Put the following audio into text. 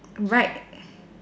right